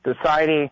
society